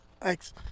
Thanks